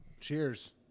Cheers